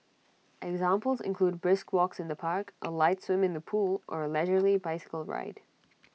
examples include brisk walks in the park A light swim in the pool or A leisurely bicycle ride